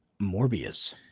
morbius